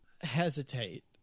hesitate